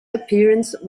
appearance